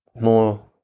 more